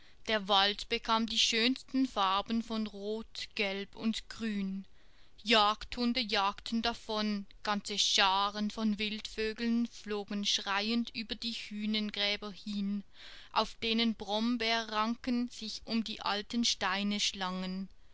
der wald bekam die schönsten farben von rot gelb und grün jagdhunde jagten davon ganze scharen vogelwild flogen schreiend über die hünengräber hin auf denen brombeerranken sich um die alten steine schlangen